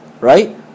Right